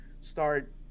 start